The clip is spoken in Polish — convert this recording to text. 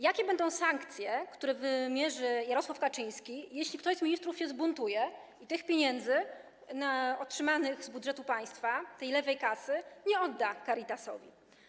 Jakie będą sankcje, które wymierzy Jarosław Kaczyński, jeśli ktoś z ministrów się zbuntuje i tych pieniędzy, otrzymanych z budżetu państwa, tej lewej kasy, nie odda Caritasowi?